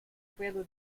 quello